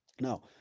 Now